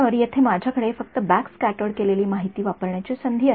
तर येथे माझ्याकडे फक्त बॅक स्क्याटर्ड केलेली माहिती वापरण्याची संधी आहे